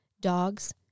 dogs